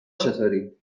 چطوری